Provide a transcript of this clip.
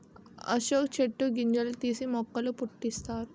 అశోక చెట్టు గింజలు తీసి మొక్కల పుట్టిస్తారు